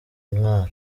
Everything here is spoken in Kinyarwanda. intwaro